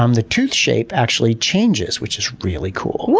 um the tooth shape actually changes, which is really cool.